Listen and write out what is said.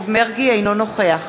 אינו נוכח